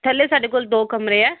ਥੱਲੇ ਸਾਡੇ ਕੋਲ ਦੋ ਕਮਰੇ ਹੈ